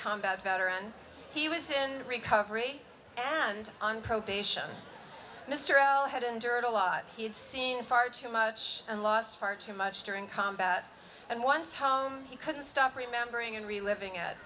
combat veteran he was in recovery and on probation mr l had endured a lot he had seen far too much and lost far too much during combat and once home he couldn't stop remembering and reliving